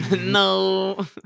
No